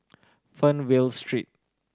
Fernvale Street